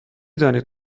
دانید